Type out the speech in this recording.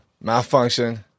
Malfunction